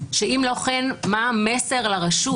שאם לא כן מה המסר לרשות?